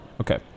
Okay